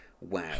Wow